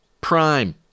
Prime